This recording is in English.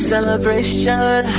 Celebration